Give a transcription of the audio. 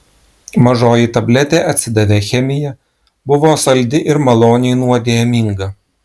mažoji tabletė atsidavė chemija buvo saldi ir maloniai nuodėminga